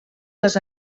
les